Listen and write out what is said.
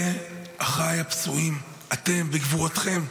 אחיי הפצועים, אתם בגבורתכם.